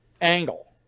angle